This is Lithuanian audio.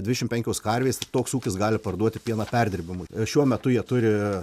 dvidešimt penkios karvės toks ūkis gali parduoti pieną perdirbimui šiuo metu jie turi